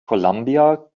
columbia